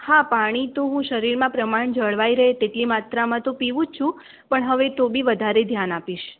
હા પાણી તો શરીરમાં પ્રમાણ જળવાય રહે તેટલી માત્રામાં તો પીવું જ છું પણ હવે તો બી વધારે ધ્યાન આપીશ